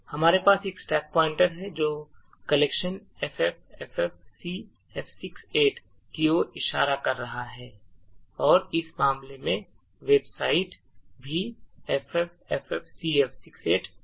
हमारे पास एक स्टैक पॉइंटर है जो लोकेशन ffffcf68 की ओर इशारा कर रहा है और इस मामले में बेस पॉइंटर भी ffffcf68 है